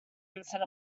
instead